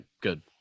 good